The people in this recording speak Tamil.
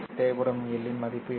தேவைப்படும் L 1 இன் மதிப்பு என்ன